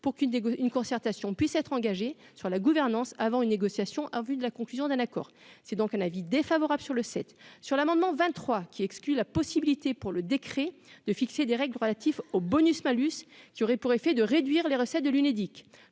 pour qu'une une concertation puisse être engagée sur la gouvernance avant une négociation en vue de la conclusion d'un accord, c'est donc un avis défavorable sur le site sur l'amendement 23 qui exclut la possibilité pour le décret de fixer des règles relatives au bonus-malus qui aurait pour effet de réduire les recettes de l'Unédic,